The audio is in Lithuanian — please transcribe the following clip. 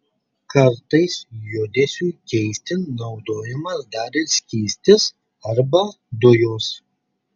kartais judesiui keisti naudojamas dar ir skystis arba dujos